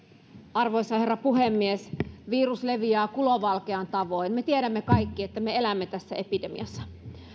arvoisa herra puhemies virus leviää kulovalkean tavoin me tiedämme kaikki että me elämme tässä epidemiassa